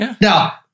Now